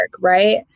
right